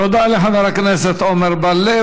תודה לחבר הכנסת עמר בר-לב.